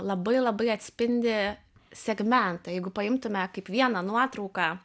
labai labai atspindi segmentą jeigu paimtume kaip vieną nuotrauką